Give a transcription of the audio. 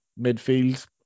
midfield